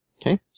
Okay